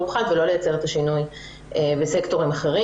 אחד ולא לייצר את השינוי בסקטורים אחרים.